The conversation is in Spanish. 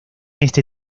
este